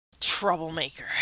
Troublemaker